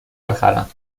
بخرم